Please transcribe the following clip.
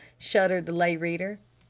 shuddered the lay reader.